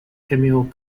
camille